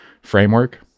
framework